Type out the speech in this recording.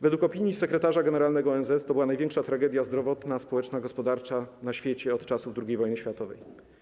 Według opinii sekretarza generalnego ONZ to była największa tragedia zdrowotna, społeczna, gospodarcza na świecie od czasów II wojny światowej.